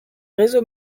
réseau